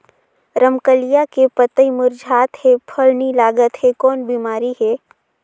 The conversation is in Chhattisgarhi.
रमकलिया के पतई मुरझात हे फल नी लागत हे कौन बिमारी हे?